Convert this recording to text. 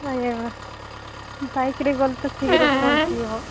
ନାଇଁ ଏବେ ବାଇକ୍ରେ ଗଲେ ତ ଶୀଘ୍ର ପହଞ୍ଚିିହବ